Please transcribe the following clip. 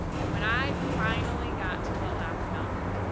and when i finally got to the last mountain,